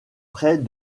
près